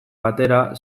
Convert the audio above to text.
batera